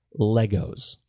Legos